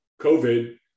COVID